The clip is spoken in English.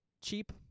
cheap